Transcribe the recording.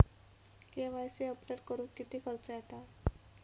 KYC update करुक किती खर्च येता?